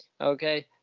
okay